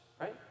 right